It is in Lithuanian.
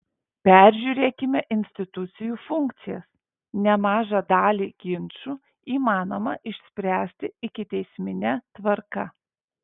peržiūrėkime institucijų funkcijas nemažą dalį ginčų įmanoma išspręsti ikiteismine tvarka